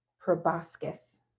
proboscis